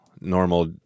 normal